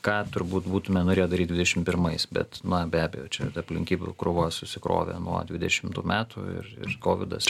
ką turbūt būtume norėję daryt dvidešimt pirmais bet na be abejo čia aplinkybių krūva susikrovė nuo dvidešimtų metų ir ir kovidas